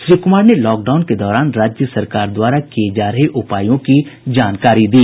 श्री कुमार ने लॉकडाउन के दौरान राज्य सरकार द्वारा किये जा रहे उपायों की जानकारी दी